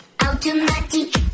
automatic